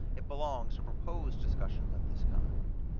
it belongs to propose discussions of this kind.